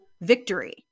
victory